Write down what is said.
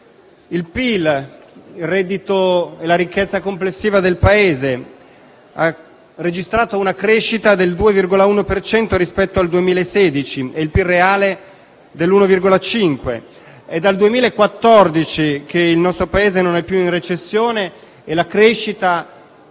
Il PIL, cioè il reddito e la ricchezza complessiva del Paese, ha registrato una crescita del 2,1 per cento rispetto al 2016 e il PIL reale dell'1,5. È dal 2014 che il nostro Paese non è più in recessione, e la crescita